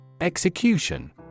Execution